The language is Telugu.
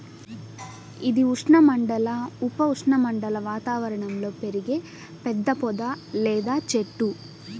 ఇది ఉష్ణమండల, ఉప ఉష్ణమండల వాతావరణంలో పెరిగే పెద్ద పొద లేదా చెట్టు